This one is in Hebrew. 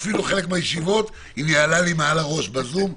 אפילו חלק מהישיבות היא ניהלה לי מעל הראש בזום,